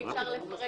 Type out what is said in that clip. כי אי אפשר לצרף,